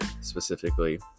specifically